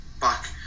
back